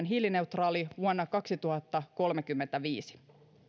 hiilineutraali vuonna kaksituhattakolmekymmentäviisi